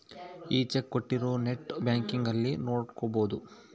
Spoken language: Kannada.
ಈ ಚೆಕ್ ಕೋಟ್ಟಿರೊರು ನೆಟ್ ಬ್ಯಾಂಕಿಂಗ್ ಅಲ್ಲಿ ನೋಡ್ಕೊಬೊದು